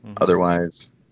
Otherwise